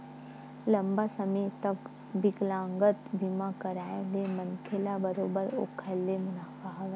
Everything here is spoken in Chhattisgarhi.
लंबा समे के बिकलांगता बीमा कारय ले मनखे ल बरोबर ओखर ले मुनाफा हवय